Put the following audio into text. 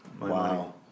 Wow